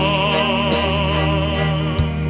on